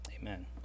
Amen